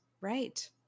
right